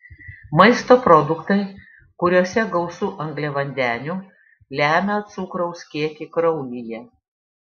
maisto produktai kuriuose gausu angliavandenių lemia cukraus kiekį kraujyje